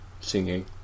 singing